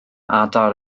adar